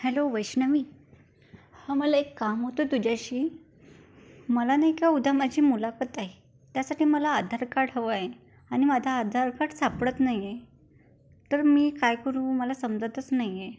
hello Vaishnavi हां मला एक काम होतं तुझ्याशी मला नाही का उद्या माझी मुलाखत आहे त्यासाठी मला आधार कार्ड हवं आहे आणि माझा आधार कार्ड सापडत नाही आहे तर मी काय करू मला समजतच नाही आहे